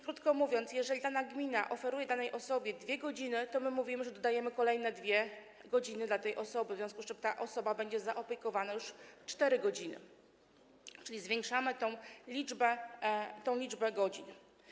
Krótko mówiąc, jeżeli dana gmina oferuje danej osobie 2 godziny, to my mówimy, że dodajemy kolejne 2 godziny dla tej osoby, w związku z czym ta osoba będzie objęta opieką już 4 godziny, czyli zwiększamy tę liczbę godzin.